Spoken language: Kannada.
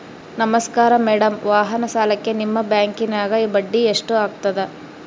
ನಮಸ್ಕಾರ ಮೇಡಂ ವಾಹನ ಸಾಲಕ್ಕೆ ನಿಮ್ಮ ಬ್ಯಾಂಕಿನ್ಯಾಗ ಬಡ್ಡಿ ಎಷ್ಟು ಆಗ್ತದ?